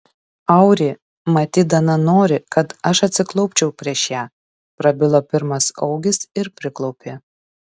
auri matyt dana nori kad aš atsiklaupčiau prieš ją prabilo pirmas augis ir priklaupė